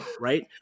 right